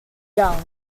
young